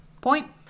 Point